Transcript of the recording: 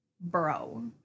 bro